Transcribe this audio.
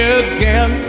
again